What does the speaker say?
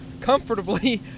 comfortably